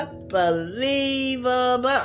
Unbelievable